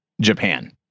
Japan